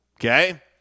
Okay